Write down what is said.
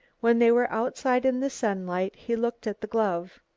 when they were outside in the sunlight, he looked at the glove.